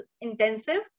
intensive